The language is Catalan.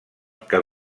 que